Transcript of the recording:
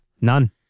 none